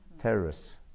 Terrorists